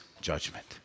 judgment